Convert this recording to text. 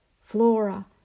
flora